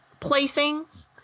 placings